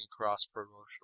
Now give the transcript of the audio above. cross-promotional